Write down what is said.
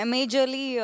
Majorly